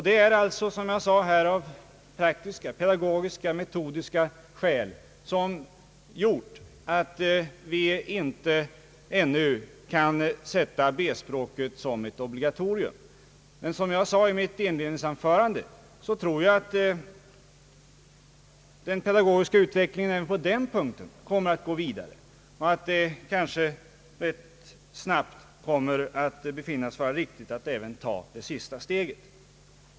Det är alltså, praktiska, pedagogiska och metodiska skäl som gjort att vi inte ännu kan fastställa B-språket som ett obligatorium. Men som jag sade i mitt inledningsanförande tror jag att den pedagogiska utvecklingen även i det avseendet kommer att gå vidare och att det inom några år kommer att befinnas vara riktigt att även ta det sista steget.